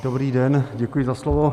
Dobrý den, děkuji za slovo.